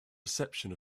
reception